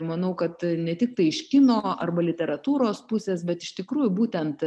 manau kad ne tiktai iš kino arba literatūros pusės bet iš tikrųjų būtent